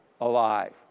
alive